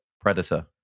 Predator